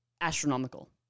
astronomical